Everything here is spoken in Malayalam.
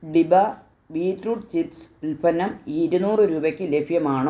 ഡിബ ബീറ്റ്റൂട്ട് ചിപ്സ് ഉൽപ്പന്നം ഇരുനൂറ് രൂപയ്ക്ക് ലഭ്യമാണോ